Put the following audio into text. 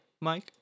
mike